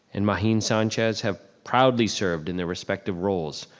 and magin sanchez have proudly served in their respective roles.